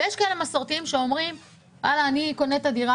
ויש כאלה שאומרים שהם קונים את הדירה